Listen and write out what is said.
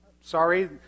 sorry